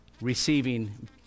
receiving